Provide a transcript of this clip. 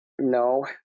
No